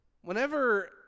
whenever